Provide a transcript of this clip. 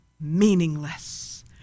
meaningless